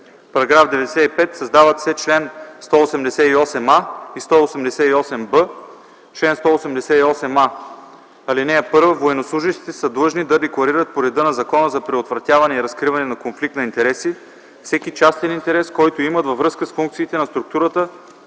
§ 95: „§ 95. Създават се чл. 188а и чл. 188б: „Чл. 188а. (1) Военнослужещите са длъжни да декларират по реда на Закона за предотвратяване и разкриване на конфликт на интереси всеки частен интерес, който имат във връзка с функциите на структурата